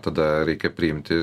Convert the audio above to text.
tada reikia priimti